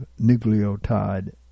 nucleotide